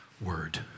word